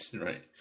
right